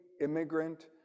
immigrant